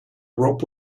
rope